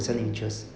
mm